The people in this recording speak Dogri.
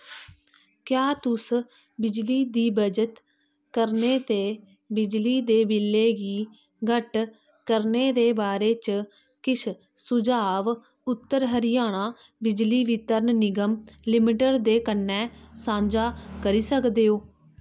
क्या तुस बिजली दी बचत करने ते बिजली दे बिलै गी घट्ट करने दे बारे च किश सुझाव उत्तर हरियाणा बिजली वितरण निगम लिमिटेड दे कन्नै सांझा करी सकदे ओ